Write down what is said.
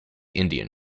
indian